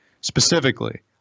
specifically